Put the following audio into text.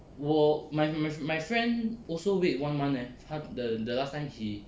我 my my my friend also wait one month eh 他 the last time he